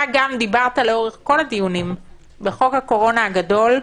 אתה גם דיברת לאורך כל הדיונים בחוק הקורונה הגדול,